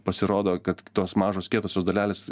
pasirodo kad tos mažos kietosios dalelės